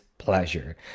pleasure